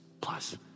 plus